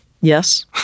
Yes